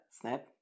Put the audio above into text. Snap